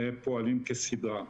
הם פועלים כסדרם.